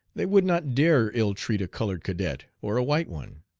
they would not dare ill-treat a colored cadet or a white one.